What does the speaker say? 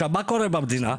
מה קורה במדינה?